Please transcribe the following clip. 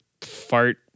fart